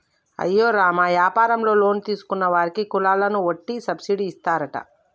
అయ్యో రామ యాపారంలో లోన్ తీసుకున్న వారికి కులాలను వట్టి సబ్బిడి ఇస్తారట